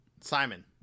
Simon